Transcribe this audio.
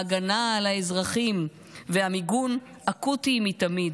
ההגנה על האזרחים והמיגון אקוטיים מתמיד.